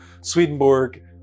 Swedenborg